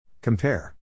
Compare